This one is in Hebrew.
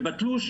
ובתלוש,